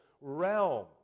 realm